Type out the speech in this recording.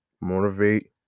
motivate